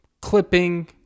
clipping